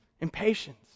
Impatience